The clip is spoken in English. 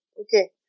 okay